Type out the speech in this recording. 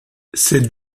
ses